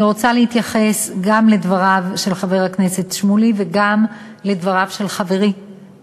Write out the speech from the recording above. להתייחס גם לדבריו של חבר הכנסת שמולי וגם לדבריו של חברי,